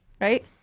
right